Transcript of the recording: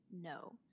no